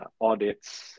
audits